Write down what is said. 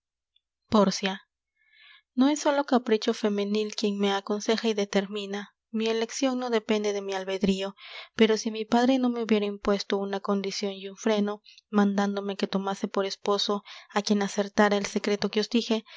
semblante pórcia no es sólo capricho femenil quien me aconseja y determina mi eleccion no depende de mi albedrío pero si mi padre no me hubiera impuesto una condicion y un freno mandándome que tomase por esposo á quien acertara el secreto que os dije